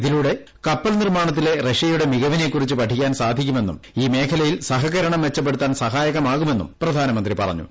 ഇതിലൂടെ കപ്പൽ ഫ്ലിർമ്മാണത്തിലെ റഷ്യയുടെ മികവിനെക്കുറിച്ച് പഠിക്കാൻ സാധിക്കുമെന്നും ഈ മേഖലയിൽ സഹകരണ്ട് മെച്ചപ്പെടുത്താൻ സഹായക മാകുമെന്നും പ്രധാന്മുത്തി പറഞ്ഞു